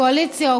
קואליציה,